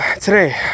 today